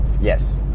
Yes